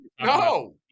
No